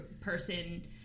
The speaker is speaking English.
person